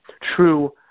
true